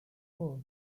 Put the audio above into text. for